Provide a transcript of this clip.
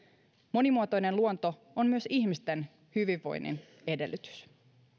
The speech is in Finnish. monimuotoinen luonto on myös ihmisten hyvinvoinnin edellytys